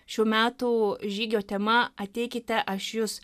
šių metų žygio tema ateikite aš jus